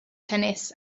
tennis